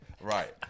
Right